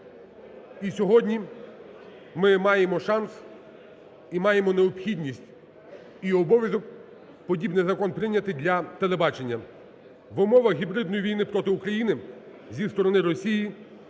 І сьогодні ми маємо шанс, і маємо необхідність і обов'язок подібний закон прийняти для телебачення. В умовах гібридної війни проти України зі сторони Росії